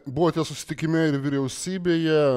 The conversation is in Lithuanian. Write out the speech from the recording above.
buvote susitikime ir vyriausybėje